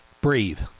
Breathe